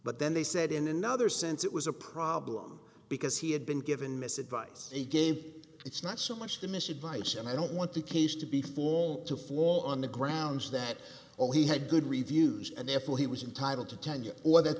but then they said in another sense it was a problem because he had been given miss advice a game it's not so much the miss advice and i don't want the case to be flown to fall on the grounds that all he had good reviews and therefore he was entitled to tenure or that